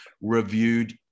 reviewed